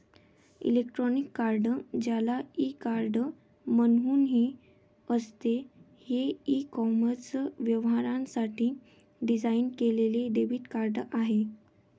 electronic card, ज्याला e card म्हणूनही असते, हे ई कॉमर्स व्यवहारांसाठी डिझाइन केलेले डेबिट कार्ड आहे